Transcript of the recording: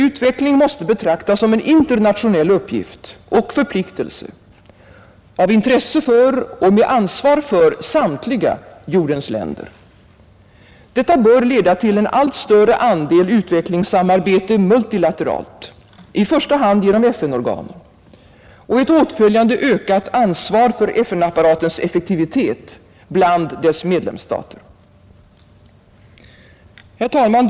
Utveckling måste betraktas som en internationell uppgift och förpliktelse, av intresse för och med ansvar för samtliga jordens länder. Detta bör leda till en allt större andel utvecklingssamarbete multilateralt, i första hand genom FN-organen, och ett åtföljande ökat ansvar för FN-apparatens effektivitet bland dess medlemsstater. Herr talman!